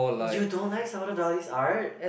you don't like Salvado-Dali's art